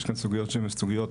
סוגיות שהן סוגיות